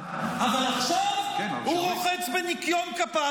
כי באמת זאת הבעיה,